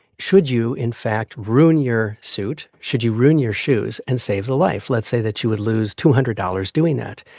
should you, in fact, ruin your suit? should you ruin your shoes and save the life? let's say that you would lose two hundred dollars doing that.